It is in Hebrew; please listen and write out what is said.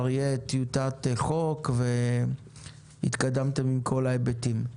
תהיה טיוטת חוק והתקדמתם עם כל ההיבטים.